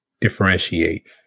differentiate